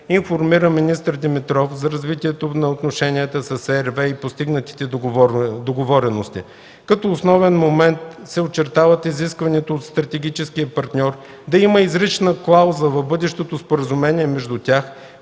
информира министър Димитров за развитието на отношенията с RWE и постигнатите договорености. Като основен момент се очертава изискването от стратегическия партньор да има изрична клауза в бъдещото споразумение между тях,